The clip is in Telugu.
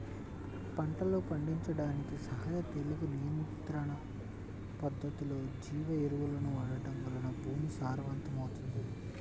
పంటలను పండించడానికి సహజ తెగులు నియంత్రణ పద్ధతులు, జీవ ఎరువులను వాడటం వలన భూమి సారవంతమవుతుంది